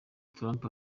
trump